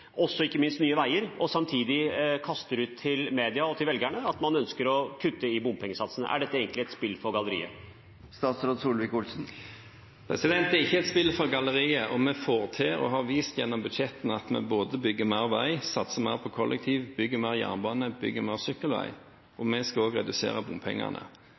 også satser. Er det egentlig et spill for galleriet når man ønsker å få til både kollektivtrafikk og ikke minst nye veier, og når man samtidig sier til media og velgerne at man ønsker å kutte i bompengesatsene? Er dette egentlig et spill for galleriet? Det er ikke et spill for galleriet. Vi får det til og har vist gjennom budsjettene at vi både bygger mer vei, satser mer på kollektiv, bygger mer jernbane og